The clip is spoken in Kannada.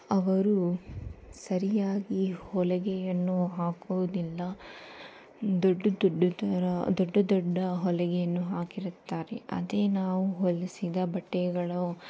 ಅವರು ಸರಿಯಾಗಿ ಹೊಲಿಗೆಯನ್ನು ಹಾಕುವುದಿಲ್ಲ ದೊಡ್ಡ ದೊಡ್ಡ ಥರ ದೊಡ್ಡ ದೊಡ್ಡ ಹೊಲಿಗೆಯನ್ನು ಹಾಕಿರುತ್ತಾರೆ ಅದೇ ನಾವು ಹೊಲಿಸಿದ ಬಟ್ಟೆಗಳು